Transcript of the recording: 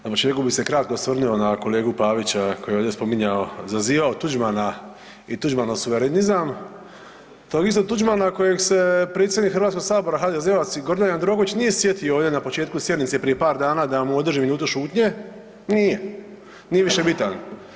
Na početku bi se kratko osvrnuo na kolegu Pavića koji je ovdje spominjao, zazivao Tuđmana i Tuđmanov suverenizam, tog istog Tuđmana kojeg se predsjednik Hrvatskog sabora, HDZ-ovac Gordan Jandroković nije sjetio ovdje na početku sjednice prije par dana da mu održi minutu šutnje, nije, nije više bitan.